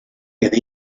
queda